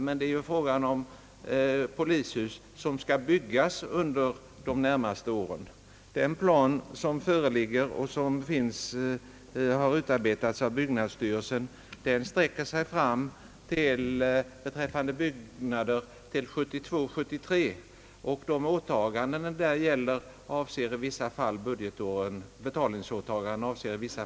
Men det är ju här fråga om polishus som skall byggas under de närmaste åren. Den plan som föreligger och som har utarbetats av byggnadsstyrelsen sträcker sig beträffande byggnader fram till 1972 75.